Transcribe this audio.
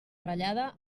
ratllada